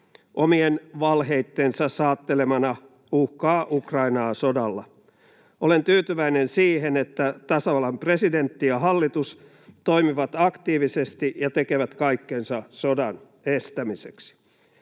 omien valheittensa saattelemana uhkaa Ukrainaa sodalla. Olen tyytyväinen siihen, että tasavallan presidentti ja hallitus toimivat aktiivisesti ja tekevät kaikkensa sodan estämiseksi.